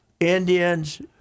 Indians